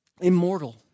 immortal